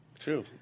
True